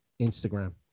Instagram